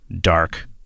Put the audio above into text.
dark